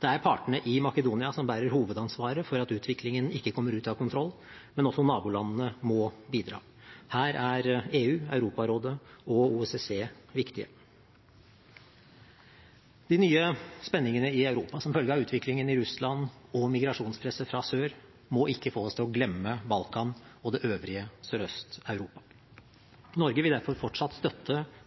Det er partene i Makedonia som bærer hovedansvaret for at utviklingen ikke kommer ut av kontroll, men også nabolandene må bidra. Her er EU, Europarådet og OSSE viktige. De nye spenningene i Europa, som følge av utviklingen i Russland og migrasjonspresset fra sør, må ikke få oss til å glemme Balkan og det øvrige Sørøst-Europa. Norge vil derfor fortsatt støtte